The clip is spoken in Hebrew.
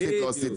לא עשיתם.